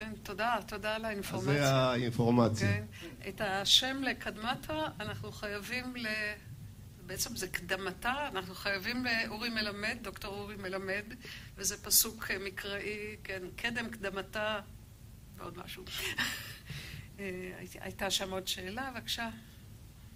כן, תודה, תודה על האינפורמציה. זה האינפורמציה. את השם לקדמתה, אנחנו חייבים ל... בעצם זה קדמתה, אנחנו חייבים לאורי מלמד, דוקטור אורי מלמד, וזה פסוק מקראי, כן. קדם, קדמתה ועוד משהו. הייתה שם עוד שאלה, בבקשה.